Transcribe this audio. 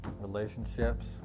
Relationships